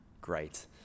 great